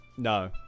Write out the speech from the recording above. No